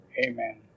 Amen